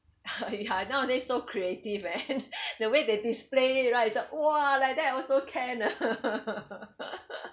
ya nowadays so creative man the way they display right it's like !wah! like that also can